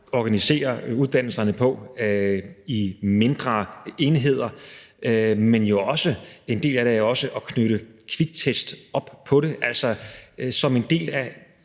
organiserer uddannelserne på, altså i mindre enheder. Men en del af det er jo også at knytte kviktest op på det, altså at gå ud og